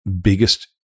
biggest